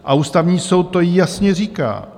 A Ústavní soud to jasně říká.